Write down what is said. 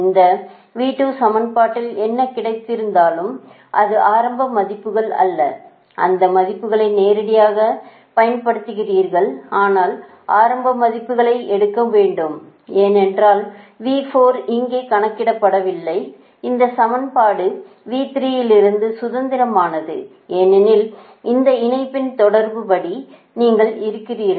இந்த V2 சமன்பாட்டில் என்ன கிடைத்திருந்தாலும் அது ஆரம்ப மதிப்புகள் அல்ல அந்த மதிப்புகளை நேரடியாக பயன்படுத்துகிறீர்கள் ஆனால் ஆரம்ப மதிப்புகளை எடுக்க வேண்டும் ஏனென்றால் V4 இங்கே கணக்கிடப்படவில்லை இந்த சமன்பாடு V3 இலிருந்து சுதந்திரமானது ஏனெனில் இந்த இணைப்பின் தொடர்புபடி நீங்கள் இருக்கிறீர்கள்